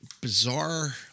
bizarre